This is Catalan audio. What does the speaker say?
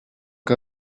que